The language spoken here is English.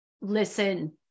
listen